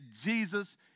Jesus